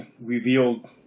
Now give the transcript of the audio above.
revealed